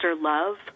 love